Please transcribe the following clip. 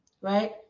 right